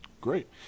Great